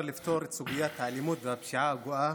לפתור את סוגיית האלימות והפשיעה הגואה,